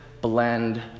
blend